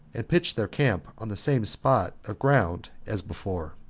and pitched their camp on the same spot of ground as before.